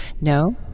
No